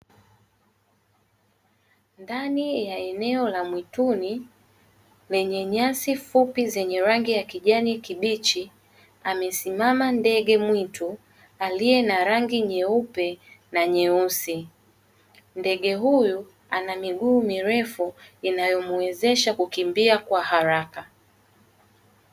Ndani ya eneo la mwituni lenye nyasi fupi zenye rangi ya kijani kibichi amesimama ndege mwitu aliye na rangi nyeupe na nyeusi. Ndege huyu ana miguu mirefu inayomwezesha kukimbia kwa haraka.